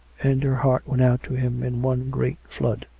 and her heart went out to him in one great flood.